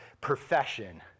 profession